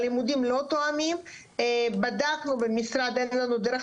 ותאפשר לנו רצף